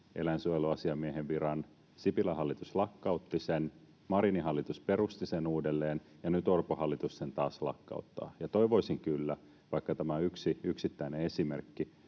eläinsuojeluasiamiehen viran, Sipilän hallitus lakkautti sen, Marinin hallitus perusti sen uudelleen, ja nyt Orpon hallitus sen taas lakkauttaa. Ja toivoisin kyllä, vaikka tämä on yksi yksittäinen esimerkki,